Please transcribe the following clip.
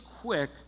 quick